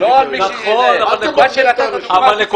אל תבלבל את האנשים.